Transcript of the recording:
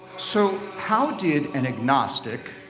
so, how did an agnostic,